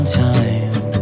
time